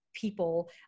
people